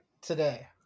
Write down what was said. today